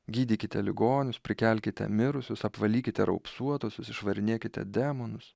gydykite ligonius prikelkite mirusius apvalykite raupsuotuosius išvarinėkite demonus